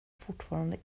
fortfarande